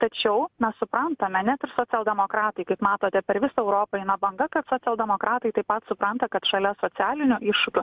tačiau mes suprantame net ir socialdemokratai kaip matote per visą europą eina banga kad socialdemokratai taip pat supranta kad šalia socialinių iššūkių